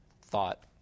thought